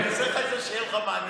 אני נותן לך את זה, שיהיה לך מענה.